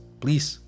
please